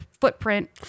footprint